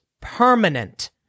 permanent